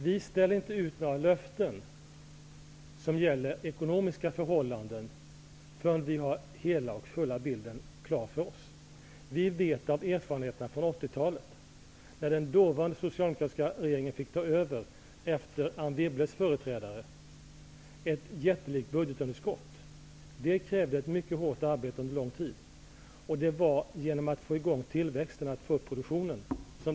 Vi ställer inte ut några löften som gäller ekonomiska förhållanden förrän vi har hela bilden klar för oss. Vi har erfarenheter från 80-talet, när den dåvarande socialdemokratiska regeringen fick ta över efter Anne Wibbles företrädare, då vi fick ta över ett jättelikt budgetunderskott. Det krävde mycket hårt arbete under lång tid. Problemet kunde lösas genom att vi fick i gång tillväxten och ökade produktionen.